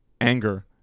anger